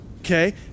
Okay